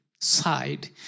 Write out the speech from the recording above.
side